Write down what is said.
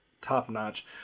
top-notch